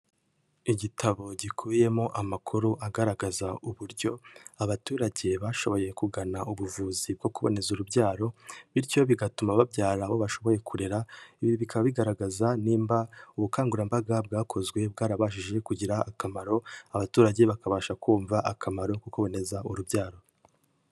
Igitabo gikubiyemo amakuru agaragaza uburyo abaturage bashoboye kugana ubuvuzi bwo kuboneza urubyaro, bityo bigatuma babyara abo bashoboye kurera, ibi bikaba bigaragaza nimba ubukangurambaga bwakozwe bwarabashije kugirira akamaro abaturage bakabasha kumva akamaro ko kuboneza urubyaro.